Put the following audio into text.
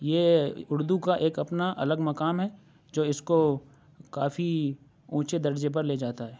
یہ اردو کا ایک اپنا الگ مقام ہے جو اس کو کافی اونچے درجے پر لے جاتا ہے